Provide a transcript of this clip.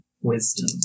wisdom